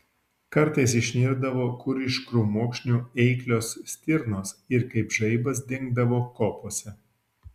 kartais išnirdavo kur iš krūmokšnių eiklios stirnos ir kaip žaibas dingdavo kopose